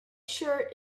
shirt